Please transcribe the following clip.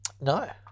No